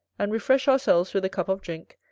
and refresh ourselves with a cup of drink,